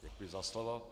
Děkuji za slovo.